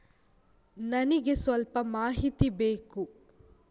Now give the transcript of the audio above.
ನನಿಗೆ ಸ್ವಲ್ಪ ಮಾಹಿತಿ ಬೇಕು